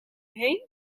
heen